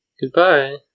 Goodbye